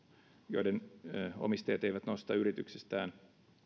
joiden omistajat eivät nosta yrityksistään